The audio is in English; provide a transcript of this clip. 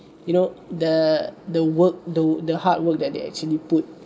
you know the the work the the hard work that they actually put